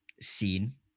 scene